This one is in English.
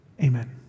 Amen